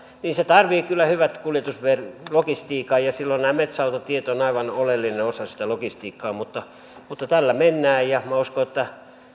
tarvitsee kyllä hyvän kuljetuslogistiikan ja silloin nämä metsäautotiet ovat aivan oleellinen osa sitä logistiikkaa mutta mutta tällä mennään ja minä uskon että